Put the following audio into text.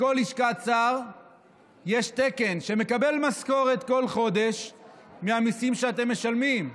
בכל לשכת שר יש תקן שמקבל משכורת כל חודש מהמיסים שאתם משלמים,